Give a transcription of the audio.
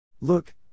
Look